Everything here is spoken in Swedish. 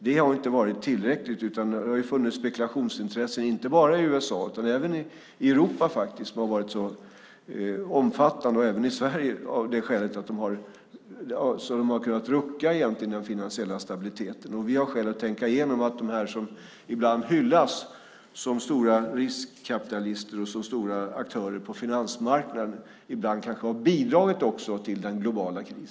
Det har inte varit tillräckligt, utan det har funnits spekulationsintressen, inte bara i USA utan även i Europa och i Sverige, som har kunnat rucka den finansiella stabiliteten. Vi har skäl att tänka igenom att de som ibland hyllas som stora riskkapitalister och som stora aktörer på finansmarkanden ibland kanske också har bidragit till den globala krisen.